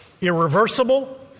irreversible